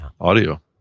audio